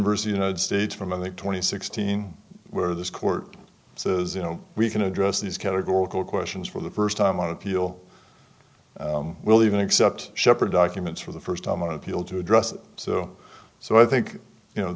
versus united states from the twenty sixteen where this court says you know we can address these categorical questions for the first time on appeal will even accept shepherd documents for the first time on appeal to address so so i think you know